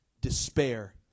despair